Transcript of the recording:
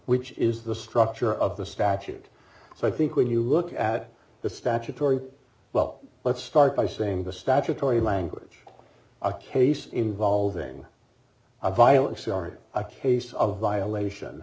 which is the structure of the statute so i think when you look at the statutory well let's start by saying the statutory language a case involving a violent start a case of violation